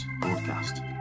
broadcast